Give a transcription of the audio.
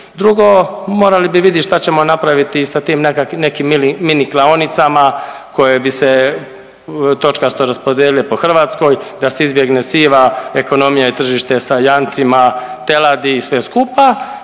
Drugo, morali bi vidit šta ćemo napraviti sa tim neka…, nekim mili, mini klaonicama koje bi se točkasto raspodijelile po Hrvatskoj da se izbjegne siva ekonomija i tržište sa janjcima, teladi i sve skupa